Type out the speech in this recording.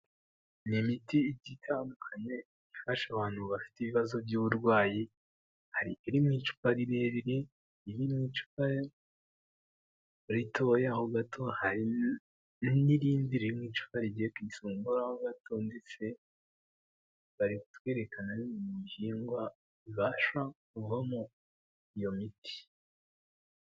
Ni imiti ititandukanye ifasha abantu bafite ibibazo by'uburwayi iri mu icupa rirerire, iri mu icupa ritoya ho gato, hari n'irindi riri mu icapa rigiye ku isongoraho gato ndetse batwereka n'ibihingwa bibasha kuvamo iyo miti.